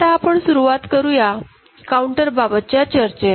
आता आपण सुरुवात करू या काउंटर बाबतच्या चर्चेला